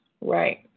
Right